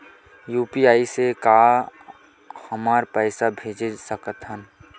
UPI से का हमर पईसा भेजा सकत हे?